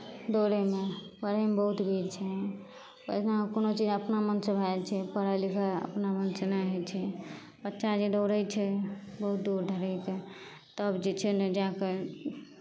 दौड़यमे पढ़यमे बहुत भीड़ छै पढ़ना कोनो चीज अपना मनसँ भए जाइ छै पढ़ाइ लिखाइ अपना मनसँ नहि होइ छै बच्चा जे दौड़ै छै बहुत दूर धरिक तब जे छै ने जाए कऽ